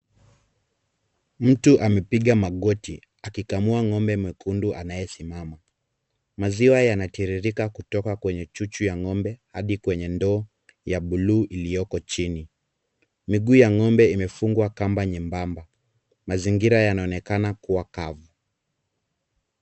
Mtu amepiga magoti akikamua ng'ombe mwekundu anayesimama. Maziwa yanatiririka kutoka kwenye chuchu za ng'ombe hadi kwenye ndoo ya buluu iliyoko chini. Miguu ya ng'ombe imefungwa kamba nyembamba. Mazingira yanaonekana kuwa kavu.